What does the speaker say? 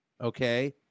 Okay